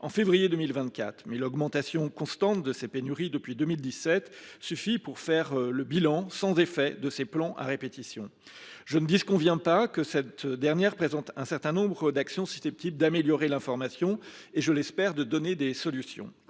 en février 2024. Mais l’augmentation constante de ces pénuries depuis 2017 suffit pour faire le bilan – sans effets !– de ces plans à répétition. Je ne disconviens pas que la dernière en date présente un certain nombre d’actions susceptibles d’améliorer l’information et – je l’espère – d’apporter des solutions.